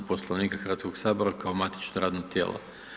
Poslovnika Hrvatskog sabora kao matično radno tijelo.